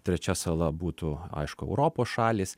trečia sala būtų aišku europos šalys